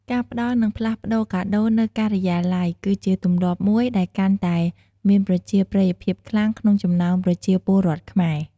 ការផ្តល់និងផ្លាស់ប្ដូរកាដូរនៅការិយាល័យ គឺជាទម្លាប់មួយដែលកាន់តែមានប្រជាប្រិយភាពខ្លាំងក្នុងចំណោមប្រជាពលរដ្ឋខ្មែរ។